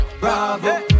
Bravo